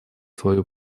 свою